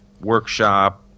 workshop